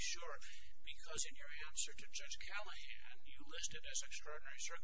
sure sure sure sure